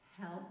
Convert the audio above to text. Help